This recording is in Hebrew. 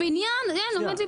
בניין עומד ליפול.